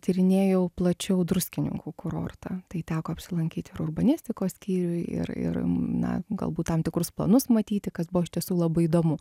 tyrinėju plačiau druskininkų kurortą tai teko apsilankyt ir urbanistikos skyriuje ir ir na galbūt tam tikrus planus matyti kas buvo iš tiesų labai įdomu